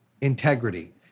integrity